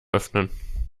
öffnen